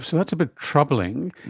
so that's a bit troubling.